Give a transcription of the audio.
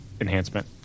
enhancement